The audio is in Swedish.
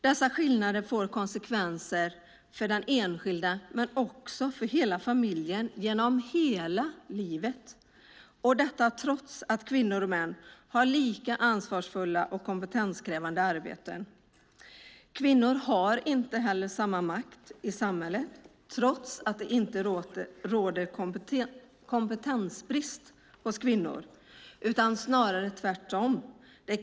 Dessa skillnader får konsekvenser för den enskilde, men också för hela familjen genom hela livet - detta trots att kvinnor och män har lika ansvarsfulla och kompetenskrävande arbeten. Kvinnor har inte samma makt i samhället trots att det inte råder kompetensbrist hos kvinnor, utan snarare tvärtom.